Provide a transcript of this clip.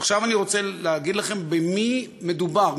עכשיו אני רוצה להגיד לכם במי מדובר,